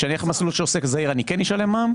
כשאני אלך למסלול של עוסק זעיר אני כן אשלם מע"מ?